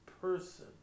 person